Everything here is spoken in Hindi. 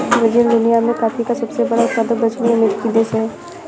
ब्राज़ील दुनिया में कॉफ़ी का सबसे बड़ा उत्पादक दक्षिणी अमेरिकी देश है